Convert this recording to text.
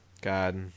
God